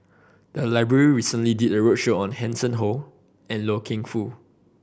the library recently did a roadshow on Hanson Ho and Loy Keng Foo